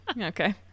Okay